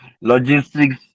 Logistics